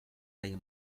feia